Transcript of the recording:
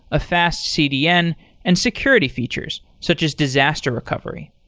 a fast cdn and security features, such as disaster recovery.